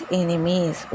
enemies